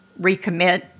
recommit